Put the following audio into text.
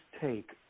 take